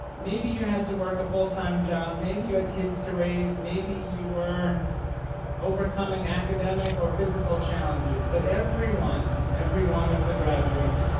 maybe you had to work a full time job, maybe you had kids to raise, maybe you were overcoming academic or physical challenges, but everyone, every one of the graduates,